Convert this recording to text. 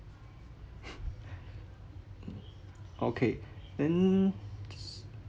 okay then